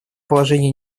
положение